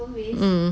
mm